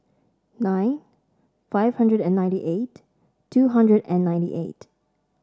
nine five hundred and ninety eight two hundred and ninety eight